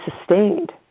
sustained